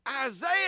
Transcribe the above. Isaiah